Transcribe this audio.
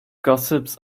gossips